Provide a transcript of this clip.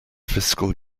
fiscal